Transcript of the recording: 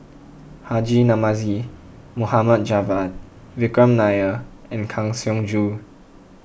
Haji Namazie Mohd Javad Vikram Nair and Kang Siong Joo